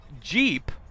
Jeep